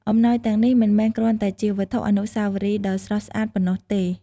អំណោយទាំងនេះ មិនមែនគ្រាន់តែជាវត្ថុអនុស្សាវរីយ៍ដ៏ស្រស់ស្អាតប៉ុណ្ណោះទេ។